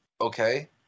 okay